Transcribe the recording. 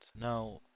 now